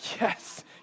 yes